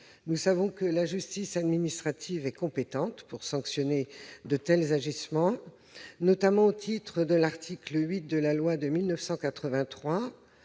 Nous savons que la justice administrative est compétente pour sanctionner de tels agissements, notamment au titre de l'article 8 de la loi du 13